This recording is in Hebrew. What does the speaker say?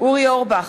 אורי אורבך,